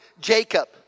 Jacob